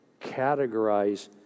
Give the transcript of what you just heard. categorize